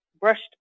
brushed